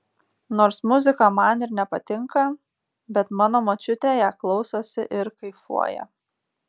nors muzika man ir nepatinka bet mano močiutė ją klausosi ir kaifuoja